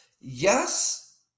Yes